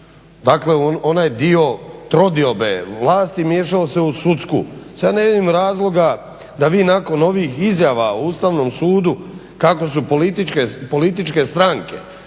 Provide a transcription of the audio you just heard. u onaj dio trodiobe vlasti, miješao se u sudsku. Sad ne vidim razloga vi nakon ovih izjava o ustavnom sudu kako su političke stranke,